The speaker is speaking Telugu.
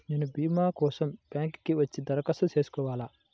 నేను భీమా కోసం బ్యాంక్కి వచ్చి దరఖాస్తు చేసుకోవాలా?